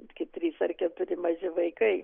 penki trys ar keturi maži vaikai